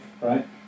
right